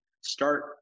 start